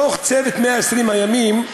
דוח צוות 120 הימים,